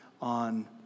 on